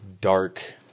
dark